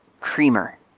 creamer